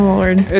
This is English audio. lord